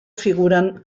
figuren